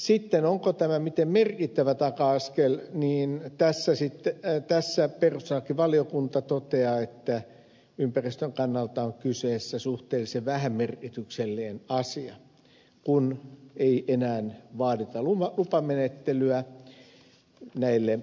sitten onko tämä miten merkittävä taka askel niin tästä perustuslakivaliokunta toteaa että ympäristön kannalta on kyseessä suhteellisen vähämerkityksellinen asia kun ei enää vaadita lupamenettelyä näille